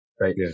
right